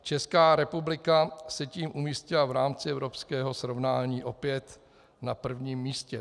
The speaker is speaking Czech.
Česká republika se tím umístila v rámci evropského srovnání opět na prvním místě.